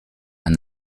and